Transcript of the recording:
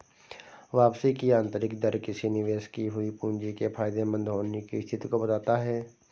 वापसी की आंतरिक दर किसी निवेश की हुई पूंजी के फायदेमंद होने की स्थिति को बताता है